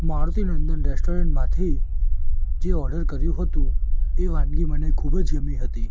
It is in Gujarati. મારુતિનંદન રૅસ્ટોરન્ટમાંથી જે ઑર્ડર કર્યું હતું એ વાનગી મને ખૂબ જ ગમી હતી